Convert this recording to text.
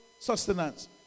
sustenance